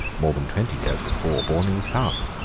more than twenty years before, borne him a son,